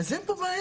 אז אין פה בעיה.